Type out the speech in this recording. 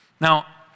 Now